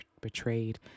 betrayed